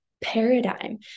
paradigm